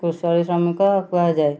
କୁଷଳୀ ଶ୍ରମିକ କୁହାଯାଏ